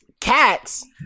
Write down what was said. cats